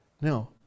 Now